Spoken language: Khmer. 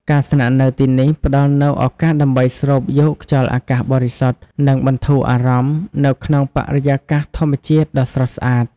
ការស្នាក់នៅទីនេះផ្តល់នូវឱកាសដើម្បីស្រូបយកខ្យល់អាកាសបរិសុទ្ធ និងបន្ធូរអារម្មណ៍នៅក្នុងបរិយាកាសធម្មជាតិដ៏ស្រស់ស្អាត។